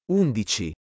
undici